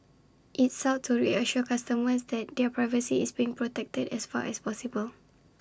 IT sought to reassure customers that their privacy is being protected as far as possible